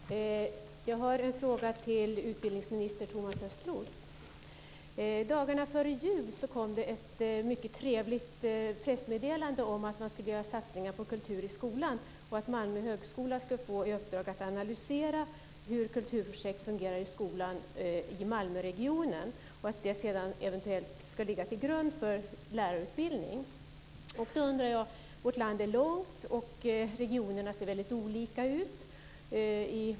Fru talman! Jag har en fråga till utbildningsminister Thomas Östros. Dagarna före jul kom det ett mycket trevligt pressmeddelande om att man skulle göra satsningar på kultur i skolan och att Malmö högskola skulle få i uppdrag att analysera hur kulturprojekt fungerar i skolor i Malmöregionen. Analysen ska sedan eventuellt ligga till grund för lärarutbildning. Vårt land är långt, och regionerna ser olika ut.